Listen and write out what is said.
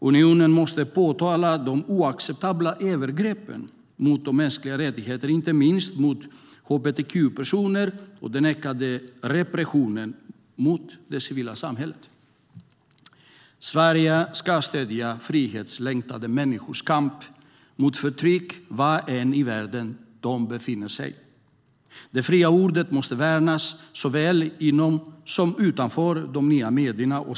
Unionen måste påtala de oacceptabla övergreppen mot de mänskliga rättigheterna, inte minst mot hbtq-personer, och den ökade repressionen mot det civila samhället. Sverige ska stödja frihetslängtande människors kamp mot förtryck var än i världen de befinner sig. Det fria ordet måste värnas såväl inom som utanför de nya medierna.